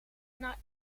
naar